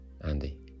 Andy